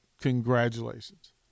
Congratulations